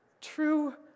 true